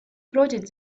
prodded